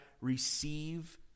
receive